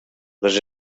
les